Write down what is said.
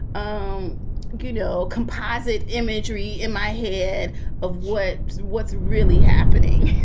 um you know, composite imagery in my head of what what's really happening